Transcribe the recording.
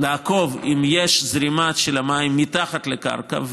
היא לעקוב אם יש זרימה של מים מתחת לקרקע,